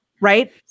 right